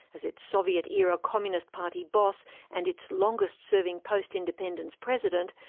as its soviet-era communist party boss and its longest-serving post-independence president,